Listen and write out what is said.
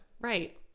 Right